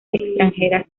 extranjeras